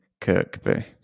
Kirkby